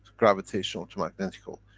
gravitational to magnetical,